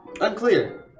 Unclear